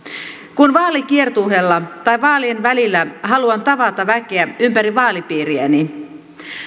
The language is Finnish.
kun vaalikiertueella tai vaalien välillä haluan tavata väkeä ympäri vaalipiiriäni